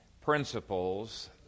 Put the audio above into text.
principles